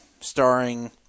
starring